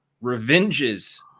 revenges